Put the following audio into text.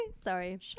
Sorry